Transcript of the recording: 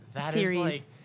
series